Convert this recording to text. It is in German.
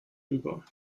über